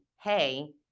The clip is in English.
Hey